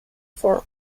formed